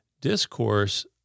discourse